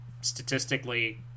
statistically